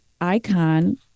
icon